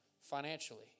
financially